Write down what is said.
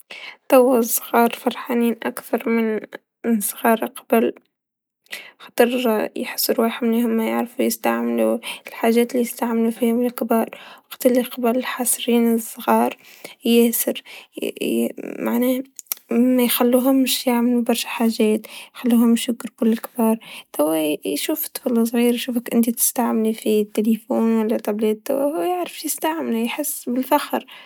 توا الصغار فرحانين أكثر من الصغار قبل خاطر يحسو راحهم أنو هوما يعرفو يستعملو الحاجات ليستعملوفيهم الكبار، الصغار ياسر معناه ميخلوهمش يعملو برشا حاجات يخلوهمش يشبهو للكبار، و يشوفك الطفل الصغير يشوفك تستعملي في يدك تيليفون و لا طابلات و هو يعرف يستعمله يحس الفخر.